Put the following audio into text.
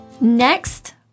next